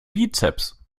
bizeps